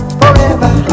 forever